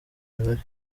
mibare